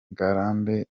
ngarambe